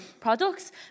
products